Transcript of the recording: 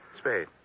Spade